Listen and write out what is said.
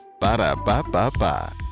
Ba-da-ba-ba-ba